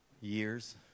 years